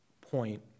point